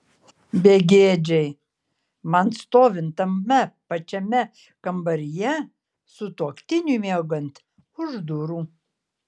begėdžiai man stovint tame pačiame kambaryje sutuoktiniui miegant už durų